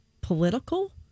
political